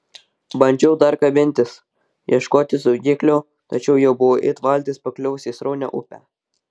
bandžiau dar kabintis ieškoti saugiklių tačiau jau buvau it valtis pakliuvusi į sraunią upę